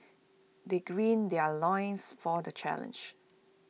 they gird their loins for the challenge